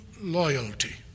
loyalty